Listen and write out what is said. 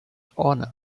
honour